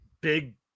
big